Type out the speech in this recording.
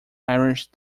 irish